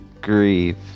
grieve